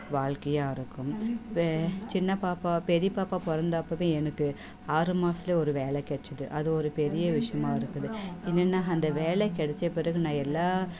வாழ்க்கையா இருக்கும் பெ சின்ன பாப்பா பெரிய பாப்பா பிறந்த அப்போவே எனக்கு ஆறு மாசத்தில் ஒரு வேலை கிடச்சிது அது ஒரு பெரிய விஷயமாக இருக்குது என்னென்னா அந்த வேலை கிடச்ச பிறகு நான் எல்லா